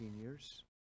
years